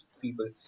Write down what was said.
people